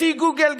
לפי גוגל,